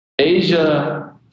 Asia